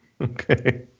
Okay